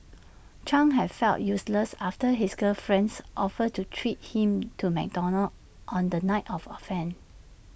chang had felt useless after his girlfriend's offer to treat him to McDonald's on the night of offence